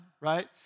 right